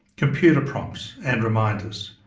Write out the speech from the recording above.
computer prompts and reminders,